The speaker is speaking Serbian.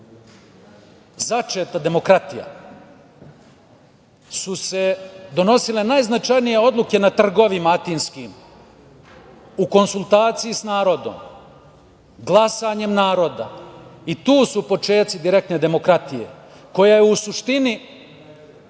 začeta demokratija su se donosile najznačajnije odluke na trgovima atinskim, u konsultaciji sa narodom, glasanjem naroda i tu su počeci direktne demokratije koja je u suštini